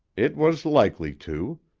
it was likely to.